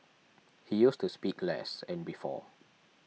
he used to speak less and before